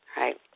right